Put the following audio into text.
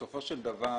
בסופו של דבר